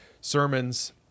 sermons